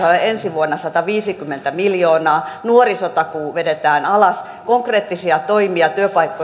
vuonna sataviisikymmentä miljoonaa nuorisotakuu vedetään alas konkreettisia toimia työpaikkojen